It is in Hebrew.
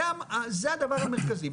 זה הדבר המרכזי,